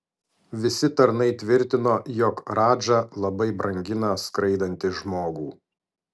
visi tarnai tvirtino jog radža labai brangina skraidantį žmogų